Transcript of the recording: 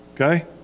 okay